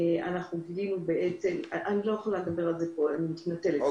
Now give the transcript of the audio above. אני לא יכולה לדבר על זה פה, אני מתנצלת.